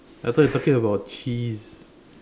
I thought you talking about cheese